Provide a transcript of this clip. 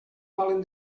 volen